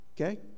Okay